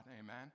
Amen